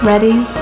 Ready